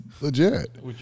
legit